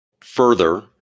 further